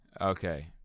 Okay